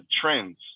trends